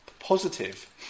positive